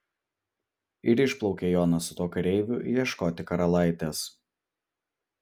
ir išplaukė jonas su tuo kareiviu ieškoti karalaitės